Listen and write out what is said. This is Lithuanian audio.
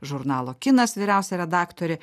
žurnalo kinas vyriausia redaktorė